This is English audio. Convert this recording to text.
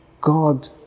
God